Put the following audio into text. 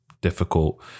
difficult